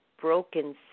broken